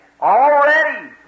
Already